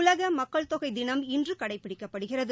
உலகமக்கள் தொகைதினம் இன்றுகடைப்பிடிக்கப்படுகிறது